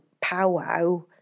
powwow